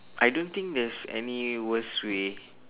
I don't think there's any worst way